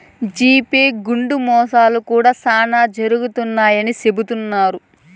GPay గుండా మోసాలు కూడా శ్యానా జరుగుతాయని చెబుతున్నారు